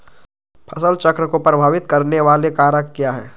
फसल चक्र को प्रभावित करने वाले कारक क्या है?